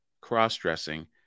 cross-dressing